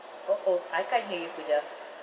uh oh I can't hear you peter